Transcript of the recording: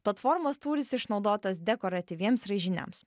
platformos tūris išnaudotas dekoratyviems raižiniams